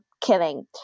killing